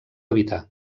evitar